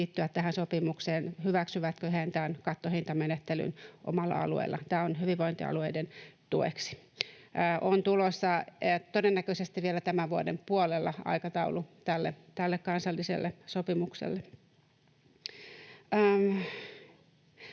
liittyä tähän sopimukseen, hyväksyvätkö he tämän kattohintamenettelyn omalla alueella. Tämä on hyvinvointialueiden tueksi. On tulossa todennäköisesti vielä tämän vuoden puolella aikataulu tälle kansalliselle sopimukselle.